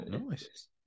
Nice